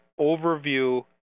overview